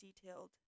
detailed